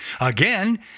Again